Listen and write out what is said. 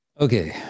Okay